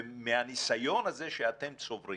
ומהניסיון הזה שאתם צוברים